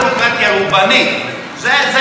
זה בעצם מה שאומר,